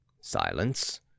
Silence